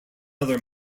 other